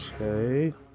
okay